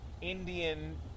Indian